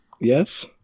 Yes